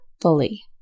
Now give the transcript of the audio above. fully